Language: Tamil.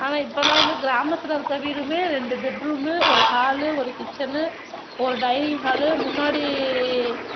ஆனால் இப்போல்லாம் வந்து கிராமத்தில் இருக்க வீடும் ரெண்டு பெட் ரூம்மு ஒரு ஹாலு ஒரு கிச்சனு ஒரு டைனிங் ஹாலு முன்னாடி